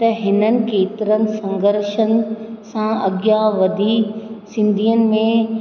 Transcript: त हिननि केतिरनि सुंदर्शन सां अॻियां वधी सिंधियुनि में